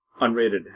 unrated